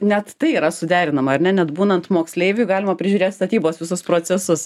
net tai yra suderinama ar ne net būnant moksleiviu galima prižiūrėt statybos visus procesus